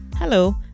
Hello